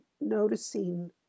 noticing